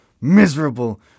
miserable